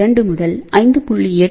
2 முதல் 5